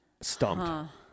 stumped